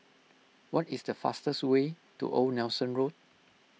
what is the fastest way to Old Nelson Road